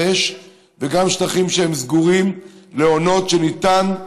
אש וגם שטחים שהם סגורים בעונות שניתן.